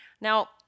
Now